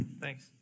Thanks